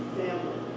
family